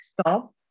stop